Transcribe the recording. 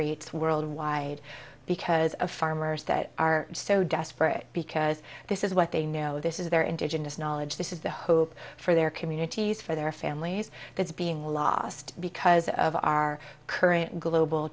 rates worldwide because of farmers that are so desperate because this is what they know this is their indigenous knowledge this is the hope for their communities for their families that's being lost because of our current global